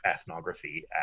ethnography